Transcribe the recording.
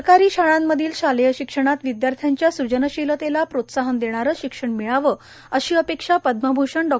सरकारी शाळांमधील शालेय शिक्षणात विद्यार्थ्यांच्या सुजनशीलतेला प्रोत्साहन देणारे शिक्षण मिळावे अशी अपेक्षा पद्मभ्षण डॉ